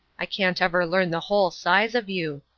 i can't ever learn the whole size of you.